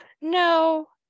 No